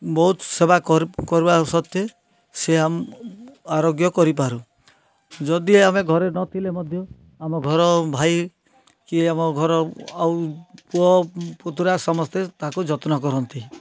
ବହୁତ ସେବା କରି କର୍ବା ସତ୍ତ୍ୱେ ସେ ଆମ ଆରୋଗ୍ୟ କରିପାରୁ ଯଦି ଆମେ ଘରେ ନଥିଲେ ମଧ୍ୟ ଆମ ଘର ଭାଇ କି ଆମ ଘର ଆଉ ପୁଅ ପୁତୁରା ସମସ୍ତେ ତାକୁ ଯତ୍ନ କରନ୍ତି